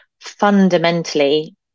fundamentally